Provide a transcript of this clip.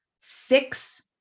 six